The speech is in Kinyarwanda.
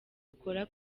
dukora